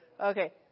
okay